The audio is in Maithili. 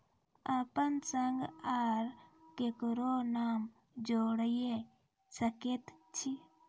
अपन संग आर ककरो नाम जोयर सकैत छी?